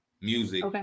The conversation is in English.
music